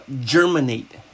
germinate